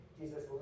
Jesus